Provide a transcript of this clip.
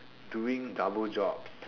doing double jobs